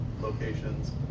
locations